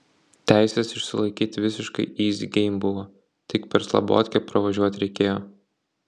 teises išsilaikyt visiškai yzi geim buvo tik per slabotkę pravažiuot reikėjo